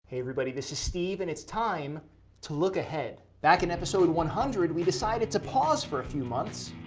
hey everybody, this is steve and it's time to look ahead. back in episode one hundred we decided to pause for a few months,